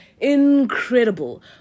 incredible